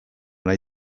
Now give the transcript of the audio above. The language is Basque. nahi